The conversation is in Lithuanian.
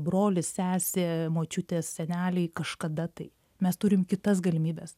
brolis sesė močiutės seneliai kažkada tai mes turim kitas galimybes